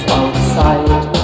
outside